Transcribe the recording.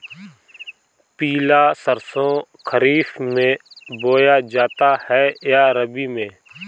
पिला सरसो खरीफ में बोया जाता है या रबी में?